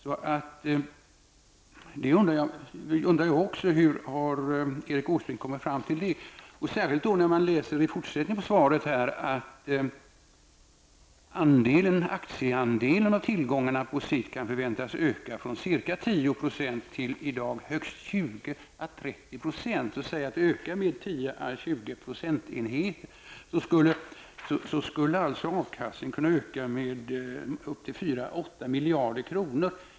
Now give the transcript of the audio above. Jag undrar också hur Erik Åsbrink har kommit fram till detta. I fortsättningen på svaret står att ''aktieandelen av tillgångarna på sikt kan förväntas öka från ca 10 % i dag till högst 20--30 %''. Om aktieandelen ökar med 10--20 procentenheter, skulle alltså avkastningen kunna öka med upp till 8 miljarder kronor.